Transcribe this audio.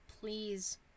please